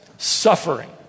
Suffering